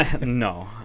No